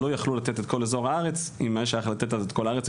לא יכלו לתת את כל אזור הארץ אם אפשר היה לתת אז את כל הארץ,